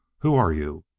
who are you?